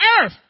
earth